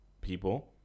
people